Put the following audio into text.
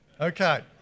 Okay